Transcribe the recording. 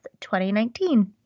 2019